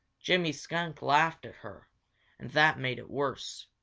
jimmy skunk laughed at her, and that made it worse.